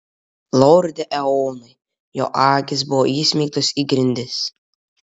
lorde eonai jo akys buvo įsmeigtos į grindis